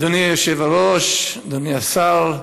אדוני היושב-ראש, אדוני השר,